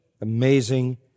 amazing